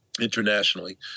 internationally